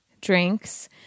drinks